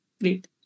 Great